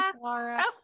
Laura